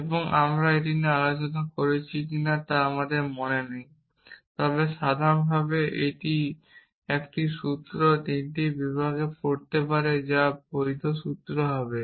এবং আমরা এটি নিয়ে আলোচনা করেছি কিনা তা আমার মনে নেই তবে সাধারণভাবে একটি সূত্র তিনটি বিভাগে পড়তে পারে যা একটি বৈধ সূত্র হবে